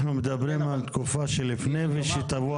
אנחנו מדברים על תקופה שלפני ושתבוא